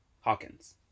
Hawkins